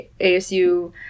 ASU